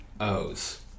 O's